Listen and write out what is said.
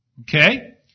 Okay